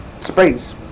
space